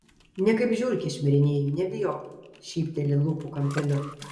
ne kaip žiurkė šmirinėju nebijok šypteli lūpų kampeliu